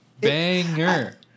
banger